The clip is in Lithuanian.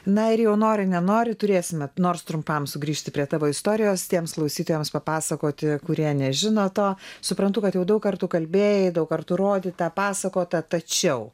na ir jau nori nenori turėsime nors trumpam sugrįžti prie tavo istorijos tiems klausytojams papasakoti kurie nežino to suprantu kad jau daug kartų kalbėjai daug kartų rodyta pasakota tačiau